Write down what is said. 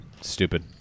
Stupid